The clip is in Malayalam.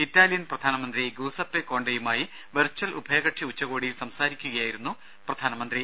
ഇറ്റാലിയൻ പ്രധാനമന്ത്രി ഗ്യൂസെപ്പെ കോണ്ടെയുമായി വെർച്വൽ ഉഭയകക്ഷി ഉച്ചകോടിയിൽ സംസാരിക്കുകയായിരുന്നു അദ്ദേഹം